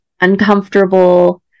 uncomfortable